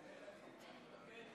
51. אם כך,